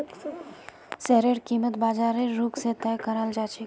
शेयरेर कीमत बाजारेर रुख से तय कराल जा छे